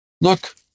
Look